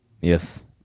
yes